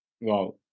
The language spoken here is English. Wow